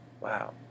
Wow